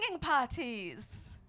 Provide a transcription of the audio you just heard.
parties